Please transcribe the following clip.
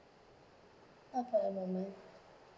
not for the moment